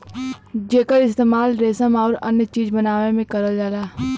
जेकर इस्तेमाल रेसम आउर अन्य चीज बनावे में करल जाला